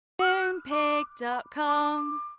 Moonpig.com